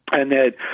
and that